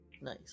Nice